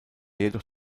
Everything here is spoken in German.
jedoch